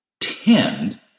tend